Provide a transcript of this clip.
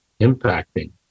impacting